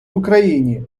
україні